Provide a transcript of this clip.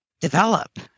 develop